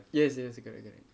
yes yes correct correct